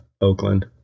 Oakland